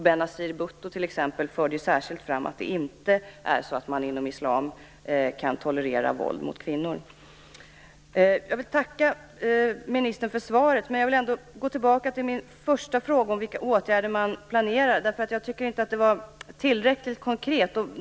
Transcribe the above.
Benazir Bhutto förde t.ex. särskilt fram att det inte är så att man tolererar våld mot kvinnor inom islam. Jag tackar som sagt ministern för svaret, men jag vill ändå gå tillbaka till min första fråga om vilka åtgärder regeringen planerar. Jag tycker nämligen inte att svaret på den var tillräckligt konkret.